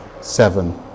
Seven